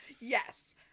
Yes